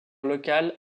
local